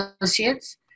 associates